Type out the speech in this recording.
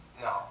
No